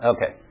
Okay